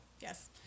Yes